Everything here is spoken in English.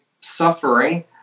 suffering